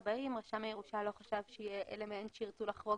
רשם הירושה לא חשב שיהיה אלמנט שירצו לחרוג